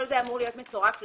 כל זה אמור להיות מצורף לצו.